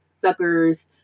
suckers